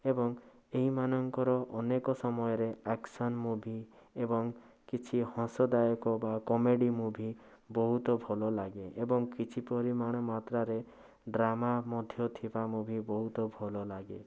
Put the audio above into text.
ଏବଂ ଏହିମାନଙ୍କର ଅନେକ ସମୟରେ ଆକ୍ସନ୍ ମୁଭି ଏବଂ କିଛି ହସଦାୟକ ବା କମେଡ଼ି ମୁଭି ବହୁତ ଭଲ ଲାଗେ ଏବଂ କିଛି ପରିମାଣ ମାତ୍ରାରେ ଡ୍ରାମା ମଧ୍ୟ ଥିବା ମୁଭି ବହୁତ ଭଲ ଲାଗେ